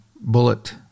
bullet